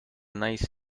nice